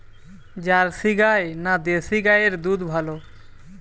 Jersey গাই না দেশী গাইয়ের দুধ ভালো?